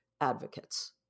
advocates